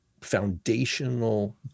foundational